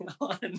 on